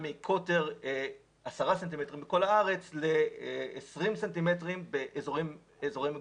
מקוטר של 10 סנטימטרים בכל הארץ ל-20 סנטימטרים באזורי מגורים.